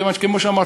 כיוון שכמו שאמרתי,